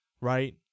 Right